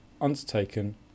undertaken